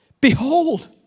Behold